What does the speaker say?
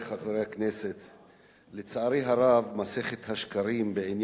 השר הרשקוביץ, מטעם